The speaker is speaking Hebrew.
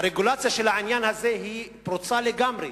הרגולציה של העניין הזה פרוצה לגמרי,